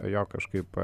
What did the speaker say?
jo kažkaip